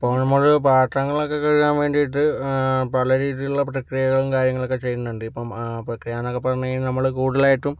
ഇപ്പോൾ നമ്മൾ പാത്രങ്ങളൊക്കെ കഴുകാൻ വേണ്ടിയിട്ട് പല രീതിയിലുള്ള പ്രക്രിയകളും കാര്യങ്ങളുമൊക്കെ ചെയ്യുന്നുണ്ട് ഇപ്പോൾ പ്രക്രിയയെന്നൊക്കെ പറഞ്ഞ് കഴിഞ്ഞാൽ നമ്മൾ കൂടുതലായിട്ടും